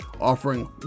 offering